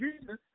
Jesus